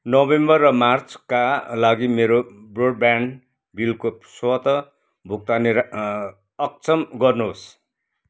November र मार्चका लागि मेरो ब्रोडब्यान्ड बिलको स्वत भुक्तानी अँ अक्षम गर्नुहोस्